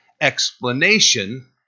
explanation